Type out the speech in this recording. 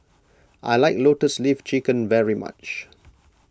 I like Lotus Leaf Chicken very much